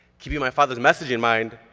keeping my father's message in mind,